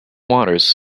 waters